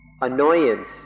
annoyance